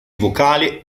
vocale